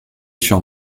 sur